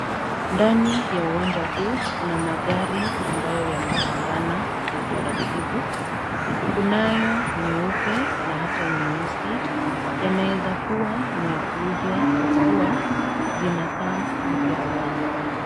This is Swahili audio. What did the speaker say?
Ndani ya uwanja huu kuna magari ambayo yamepangana kwa utaratibu, kunayo nyeupe na hata nyeusi. Yqnaweza kuwa ni ya kuuzwa kwa kuwa zinakaa mpya sana.